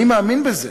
אני מאמין בזה,